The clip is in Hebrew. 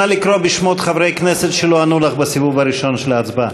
נא לקרוא בשמות חברי כנסת שלא ענו לך בסיבוב הראשון של ההצבעה.